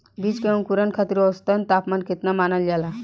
बीज के अंकुरण खातिर औसत तापमान केतना मानल जाला?